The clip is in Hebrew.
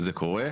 זה קורה.